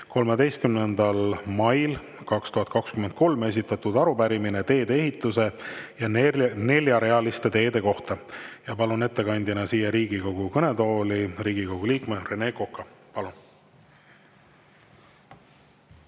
13. mail 2023 esitatud arupärimine teedeehituse ja neljarealiste teede kohta. Palun ettekandeks siia Riigikogu kõnetooli Riigikogu liikme Rene Koka. Palun!